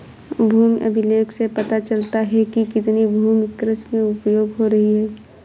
भूमि अभिलेख से पता चलता है कि कितनी भूमि कृषि में उपयोग हो रही है